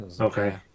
Okay